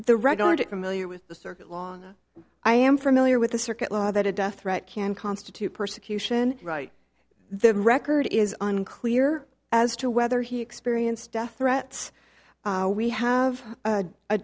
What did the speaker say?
get familiar with the circuit long i am familiar with the circuit law that a death threat can constitute persecution right the record is unclear as to whether he experienced death threats we have